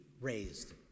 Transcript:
Raised